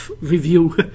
review